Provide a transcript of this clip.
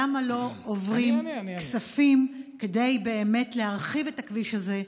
למה לא עוברים כספים כדי באמת להרחיב את הכביש הזה,